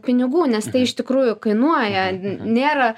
pinigų nes tai iš tikrųjų kainuoja nėra